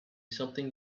something